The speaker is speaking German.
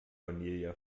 cornelia